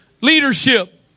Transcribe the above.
leadership